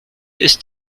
ist